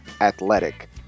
Athletic